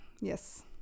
yes